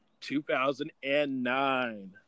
2009